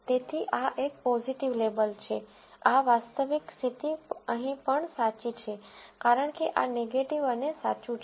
તેથી આ એક પોઝીટિવ લેબલ છે આ વાસ્તવિક સ્થિતિ અહીં પણ સાચી છે કારણ કે આ નેગેટીવ અને સાચું છે